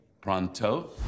pronto